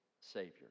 savior